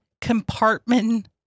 compartment